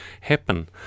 happen